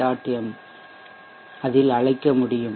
m இல் அழைக்க முடியும்